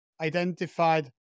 identified